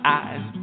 eyes